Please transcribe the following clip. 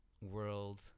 world